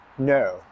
No